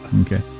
Okay